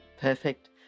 Perfect